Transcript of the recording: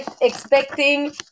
expecting